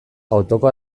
autoko